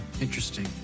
Interesting